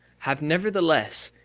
have nevertheless,